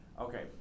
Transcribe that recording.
Okay